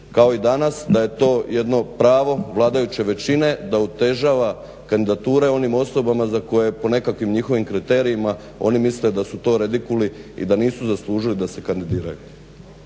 kao i danas da je to jedno pravo vladajuće većine da otežava kandidature onim osobama za koje po nekakvim njihovim kriterijima oni misle da su to redikuli i da nisu zaslužili da se kandidiraju.